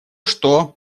что